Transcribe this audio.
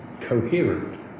coherent